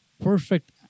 perfect